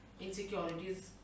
insecurities